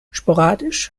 sporadisch